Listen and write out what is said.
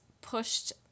pushed